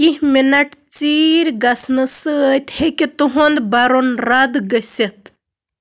کیٚنٛہہ مِنٛٹ ژیٖرۍ گژھنہٕ سۭتۍ ہیٚكہِ تُہُنٛد بَرُن رد گٔژھِتھ